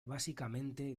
básicamente